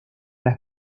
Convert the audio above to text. las